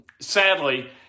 sadly